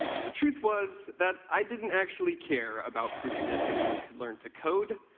but the truth was that i didn't actually care about proving that anyone could learn to code.